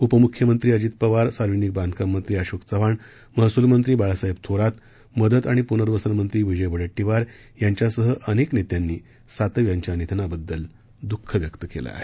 उपमुख्यमंत्री अजित पवार सार्वजनिक बांधकाम मंत्री अशोक चव्हाण महसूल मंत्री बाळासाहेब थोरात मदत आणि पर्नवसन मंत्री विजय वडेट्टीवार यांच्यासह अनेक नेत्यांनी सातव यांच्या निधनाबददल द्रःख व्यक्त केलं आहे